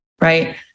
right